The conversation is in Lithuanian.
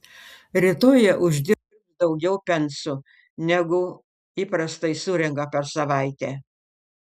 rytoj jie uždirbs daugiau pensų negu įprastai surenka per savaitę